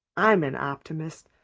i'm an optimist.